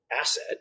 asset